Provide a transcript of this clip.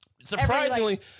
Surprisingly